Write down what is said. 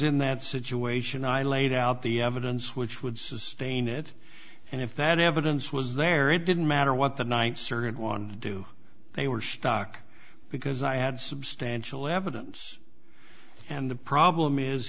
in that situation i laid out the evidence which would sustain it and if that evidence was there it didn't matter what the ninth circuit won do they were stuck because i had substantial evidence and the problem is